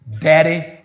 daddy